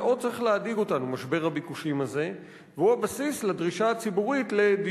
משבר הביקושים הזה צריך להדאיג אותנו מאוד,